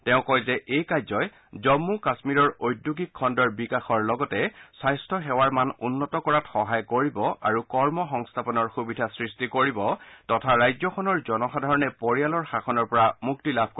তেওঁ কয় যে এই কাৰ্যই জম্মু কাশ্মীৰৰ ঔদ্যোগিক খণ্ডৰ বিকাশৰ লগতে স্বাস্থাসেৱাৰ মান উন্নত কৰাত সহায় কৰিব আৰু কৰ্ম সংস্থাপনৰ সুবিধা সৃষ্টি কৰিব তথা ৰাজ্যখনৰ জনসাধাৰণে পৰিয়ালৰ শাসনৰ পৰা মুক্তি লাভ কৰিব